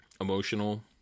emotional